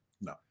No